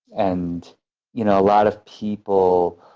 and you know a lot of people,